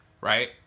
Right